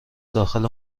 داخل